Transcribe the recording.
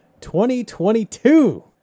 2022